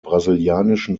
brasilianischen